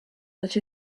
that